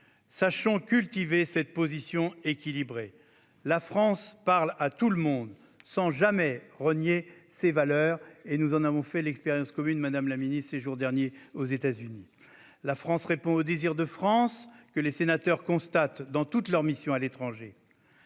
Sachons cultiver cette position équilibrée. La France parle à tout le monde, sans jamais renier ses valeurs- nous en avons fait l'expérience commune aux États-Unis ces derniers jours, madame la ministre. Elle répond au désir de France que les sénateurs constatent dans toutes leurs missions à l'étranger.